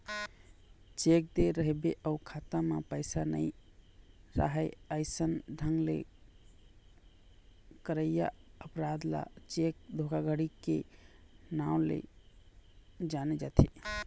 cheque दे रहिबे अउ खाता म पइसा नइ राहय अइसन ढंग ले करइया अपराध ल चेक धोखाघड़ी के नांव ले जाने जाथे